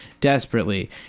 desperately